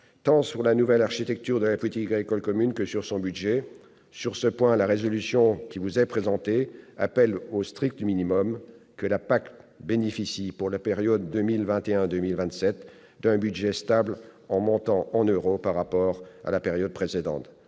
tant sur la nouvelle architecture de la politique agricole commune que sur son budget. Sur ce point, la proposition de résolution européenne appelle au strict minimum que la PAC bénéficie pour la période 2021-2027 d'un budget d'un montant stable en euros par rapport à la période précédente.